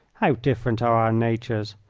how different are our natures!